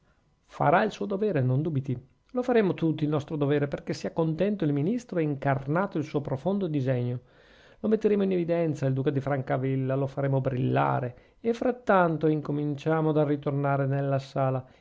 farà il suo dovere non dubiti lo faremo tutti il nostro dovere perchè sia contento il ministro e incarnato il suo profondo disegno lo metteremo in evidenza il duca di francavilla lo faremo brillare e frattanto incominciamo dal ritornare nella sala